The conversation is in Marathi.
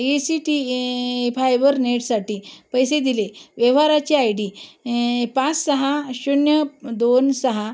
ए सी टी ए फायबरनेटसाठी पैसे दिले व्यवहाराची आय डी ए पाच सहा शून्य प् दोन सहा